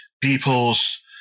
peoples